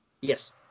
Yes